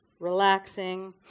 relaxing